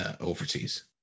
overseas